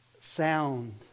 sound